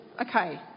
Okay